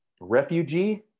refugee